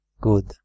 good